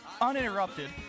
uninterrupted